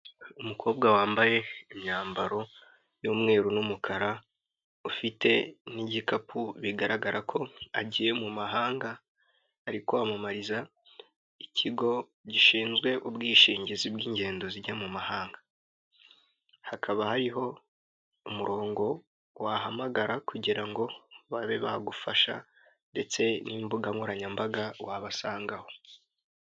Umukobwa wambaye imyambaro y'umweru n'umukara ufite n'igikapu bigaragara ko agiye mu mahanga ari kwamamariza ikigo gishinzwe ubwishingizi bw'ingendo zijya mu mahanga hakaba hariho umurongo wahamagara kugira ngo babe bagufasha ndetse n'imbuga nkoranyambaga wabasangaho.